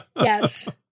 Yes